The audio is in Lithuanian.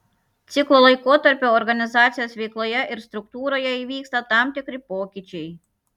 ciklo laikotarpiu organizacijos veikloje ir struktūroje įvyksta tam tikri pokyčiai